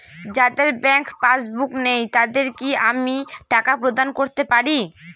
যাদের bank passbook নেই তাদের কি আমি টাকা প্রদান করতে পারি?